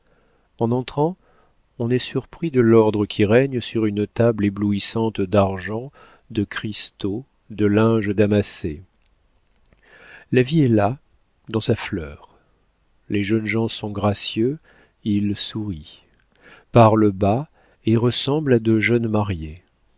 en entrant on est surpris de l'ordre qui règne sur une table éblouissante d'argent de cristaux de linge damassé la vie est là dans sa fleur les jeunes gens sont gracieux ils sourient parlent bas et ressemblent à de jeunes mariées